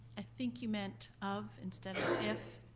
i think you meant of instead of if.